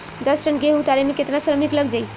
दस टन गेहूं उतारे में केतना श्रमिक लग जाई?